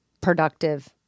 productive